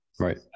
Right